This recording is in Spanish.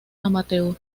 amateur